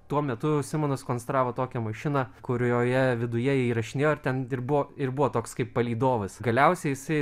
tuo metu simonas konstravo tokią mašiną kurioje viduje įrašinėjo ir ten ir buvo ir buvo toks kaip palydovas galiausiai jisai